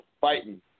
fighting